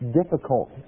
difficult